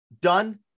done